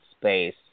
space